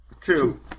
Two